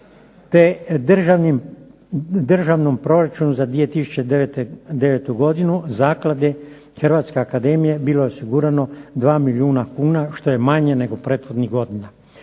te državnom proračunu za 2009. godinu Zaklade Hrvatske akademije bilo osigurano 2 milijuna kuna što je manje nego prethodnih godina.